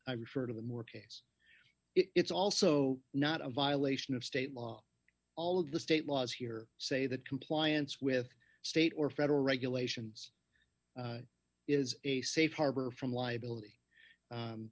i refer to the more case it's also not a violation of state law all of the state laws here say that compliance with state or federal regulations is a safe harbor from liability